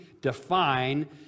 define